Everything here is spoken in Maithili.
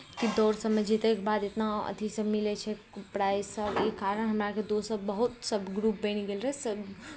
दौड़ सभमे जीतैके बाद इतना अथीसभ मिलै छै प्राइजसभ ई कारण हमरा आरके दोस्तसभ बहुत सभ ग्रुप बनि गेल रहै सभ